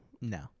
No